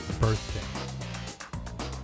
birthday